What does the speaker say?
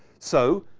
so,